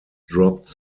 dropped